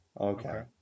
Okay